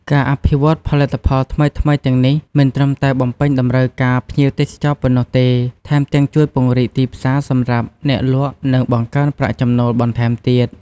ការអភិវឌ្ឍផលិតផលថ្មីៗទាំងនេះមិនត្រឹមតែបំពេញតម្រូវការភ្ញៀវទេសចរប៉ុណ្ណោះទេ ថែមទាំងជួយពង្រីកទីផ្សារសម្រាប់អ្នកលក់ និងបង្កើនប្រាក់ចំណូលបន្ថែមទៀត។